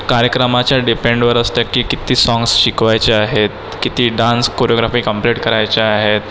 कार्यक्रमाच्या डिपेंडवर असतं की कित्ती साँग्स शिकवायचे आहेत किती डान्स कोरीओग्राफी कंप्लीट करायचे आहे